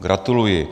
Gratuluji.